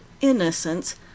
innocence